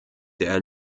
der